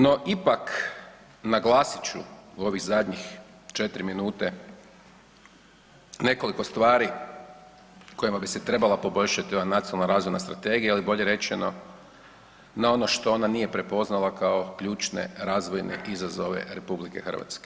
No ipak naglasit ću u ovih zadnjih 4 minute nekoliko stvari kojima bi se trebala poboljšati ova Nacionalna razvojna strategija, ali bolje rečeno na ono što ona nije prepoznala kao ključne razvojne izazove RH.